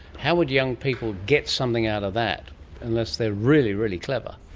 how would young people get something out of that unless they're really, really clever?